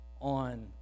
on